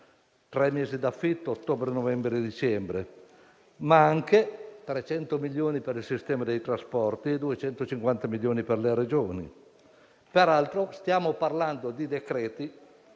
tre mesi d'affitto ottobre-novembre-dicembre, ma anche 300 milioni per il sistema dei trasporti e 250 milioni per le Regioni. Peraltro, stiamo parlando di decreti